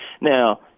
Now